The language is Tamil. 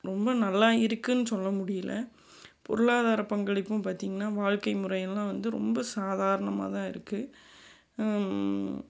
ரொம்ப நல்லா இருக்குன்னு சொல்ல முடியலை பொருளாதார பங்களிப்பும் பார்த்தீங்கனா வாழ்க்கை முறை எல்லாம் வந்து ரொம்ப சாதாரணமாக தான் இருக்குது